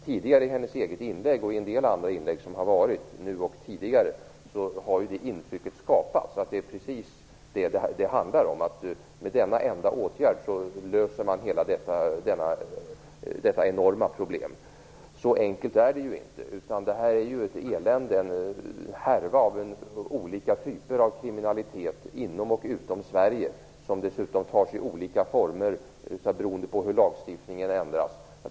Tidigare i hennes inlägg och i en del andra inlägg nu och tidigare har det intrycket skapats att det är precis det som det handlar om. Med denna enda åtgärd löser man hela detta enorma problem. Så enkelt är det ju inte. Detta är ju ett elände och en härva av olika typer av kriminalitet inom och utom Sverige, som dessutom tar sig olika former beroende på hur lagstiftningen ändras.